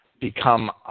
become